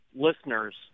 listeners